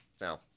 No